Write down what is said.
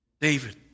David